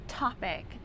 topic